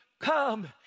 come